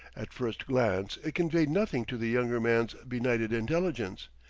at first glance it conveyed nothing to the younger man's benighted intelligence.